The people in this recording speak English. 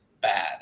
bad